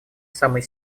самый